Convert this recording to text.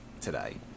today